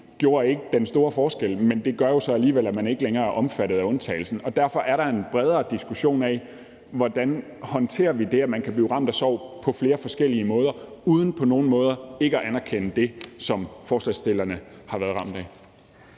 barnet var 19 år, men det gør jo så alligevel, at man ikke længere er omfattet af undtagelsen. Derfor er der en bredere diskussion af, hvordan vi håndterer det, at man kan blive ramt af sorg på flere forskellige måder, uden på nogen måde at underkende det, som forslagsstillerne har været ramt af.